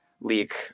leak